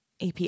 AP